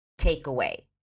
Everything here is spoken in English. takeaway